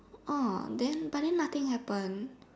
orh then but then nothing happened